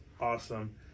awesome